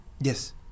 Yes